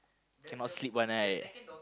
cannot sleep one right